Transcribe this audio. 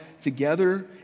together